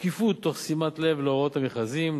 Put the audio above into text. שקיפות תוך שימת לב להוראות המכרזים,